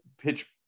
pitch